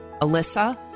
Alyssa